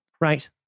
Right